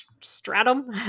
stratum